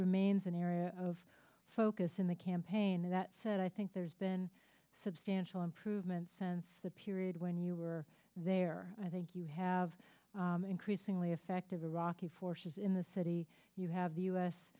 remains an area of focus in the campaign that said i think there's been substantial improvements since the period when you were there i think you have increasingly effective iraqi forces in the city you have the u